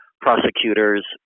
prosecutors